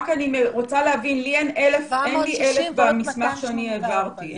אני רוצה להבין, אין לי 1,000 במסמך שאני העברתי.